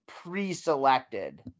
pre-selected